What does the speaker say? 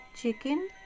chicken